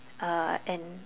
uh and